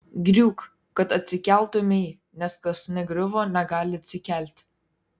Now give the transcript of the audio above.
griūk kad atsikeltumei nes kas negriuvo negali atsikelti